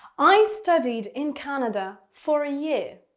i studied in canada for a year